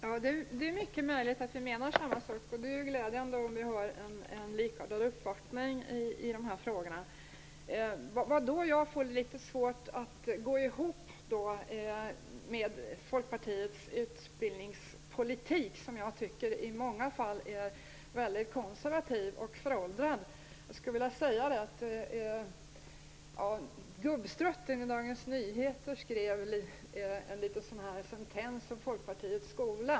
Herr talman! Det är mycket möjligt att vi menar samma sak, och det är glädjande om vi har en likartad uppfattning i dessa frågor. Jag har litet svårt att få detta att gå ihop med Folkpartiets utbildningspolitik som jag i många fall tycker är mycket konservativ och föråldrad. Gubbstrutten i Dagens Nyheter skrev en liten sentens om Folkpartiets skola.